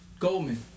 Goldman